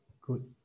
good